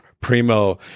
primo